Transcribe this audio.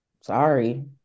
sorry